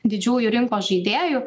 didžiųjų rinkos žaidėjų